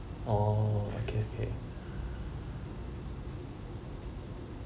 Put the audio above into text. oh okay okay